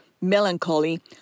Melancholy